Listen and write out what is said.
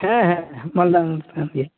ᱦᱮᱸ ᱦᱮᱸ ᱢᱟᱞᱫᱟ ᱦᱚᱱᱚᱛ ᱠᱟᱱ ᱜᱮᱭᱟ